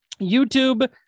YouTube